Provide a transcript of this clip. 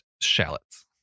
shallots